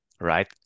right